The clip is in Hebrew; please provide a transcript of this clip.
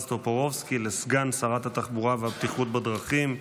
טופורובסקי לסגן שרת התחבורה והבטיחות בדרכים,